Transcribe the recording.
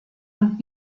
und